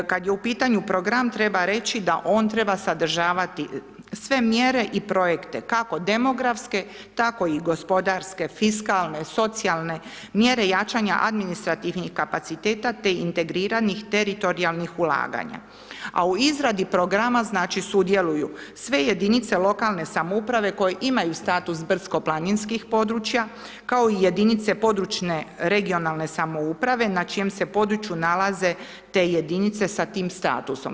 Kada je u pitanju program, treba reći da on treba sadržavati sve mjere i projekte, kako demografske, tako i gospodarske, fiskalne, socijalne, mjere jačanja administrativnih kapaciteta, te integriranih teritorijalnih ulaganja, a u izradi programa, znači sudjeluju, sve jedinice lokalne samouprave koje imaju status brdsko planinskih područja, kao i jedinice područne regionalne samouprave na čijem se području nalaze te jedinice sa tim statusom.